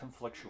conflictual